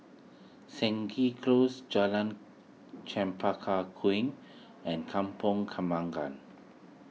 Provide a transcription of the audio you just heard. Stangee Close Jalan Chempaka Kuning and Kampong Kembangan